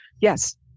yes